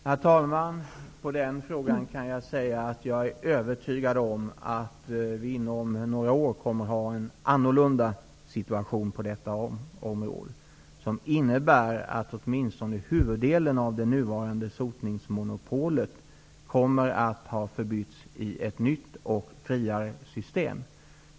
Herr talman! Jag är övertygad om att vi inom några år på detta område kommer att ha en annorlunda situation och att åtminstone huvuddelen av det nuvarande sotningsmonopolet då kommer att ha förbytts i ett nytt och friare system.